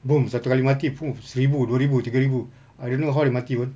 boom satu kali mati !fuh! seribu dua ribu tiga ribu I don't know how they mati pun